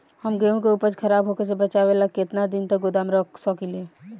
हम गेहूं के उपज खराब होखे से बचाव ला केतना दिन तक गोदाम रख सकी ला?